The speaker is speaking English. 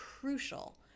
crucial